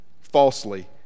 falsely